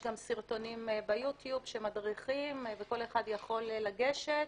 יש גם סרטונים ביו-טיוב שמדריכים וכל אחד יכול לגשת